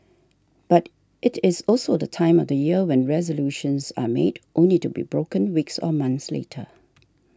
but it is also the time of year when resolutions are made only to be broken weeks or months later